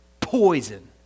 poison